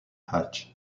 hatch